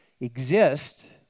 exist